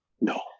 No